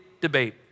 debate